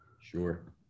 Sure